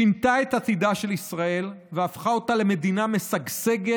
שינתה את עתידה של ישראל והפכה אותה למדינה משגשגת